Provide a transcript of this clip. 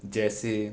جیسے